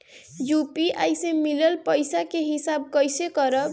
UPI से मिलल पईसा के हिसाब कइसे करब?